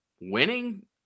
winning